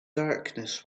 darkness